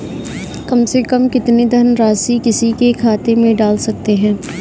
कम से कम कितनी धनराशि किसी के खाते में डाल सकते हैं?